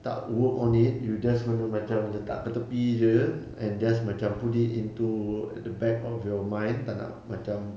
tak work on it you just gonna macam letak kat tepi jer and just macam put it into the back of your mind tak nak macam